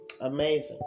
amazing